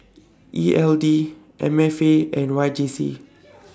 E L D M F A and Y J C